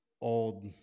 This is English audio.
old